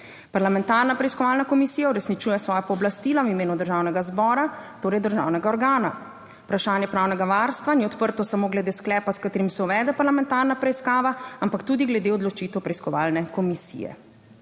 Parlamentarna preiskovalna komisija uresničuje svoja pooblastila v imenu Državnega zbora, torej državnega organa. Vprašanje pravnega varstva ni odprto samo glede sklepa s katerim se uvede parlamentarna preiskava, ampak tudi glede odločitev preiskovalne komisije.